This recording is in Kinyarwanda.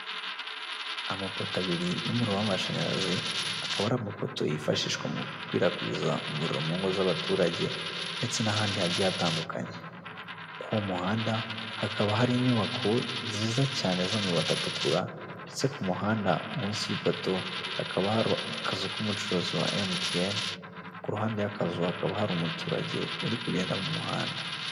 Amapoto abiri y'umuriro w'amashanyarazi akaba ari amapoto yifashishwa mu gukwirakwiza umuriro mu ngo z'abaturage ndetse n'ahandi hagiye hatandukanye ku muhanda hakaba hari inyubako nziza cyane z'amabati atukura ndetse ku muhanda munsi y'ibeto hakaba hari akazu k'umucuruzi wa emutiyene ku ruhande y'akazu hakaba hari umuturage uri kugenda mu muhanda.